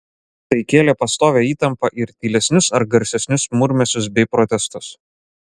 tai kėlė pastovią įtampą ir tylesnius ar garsesnius murmesius bei protestus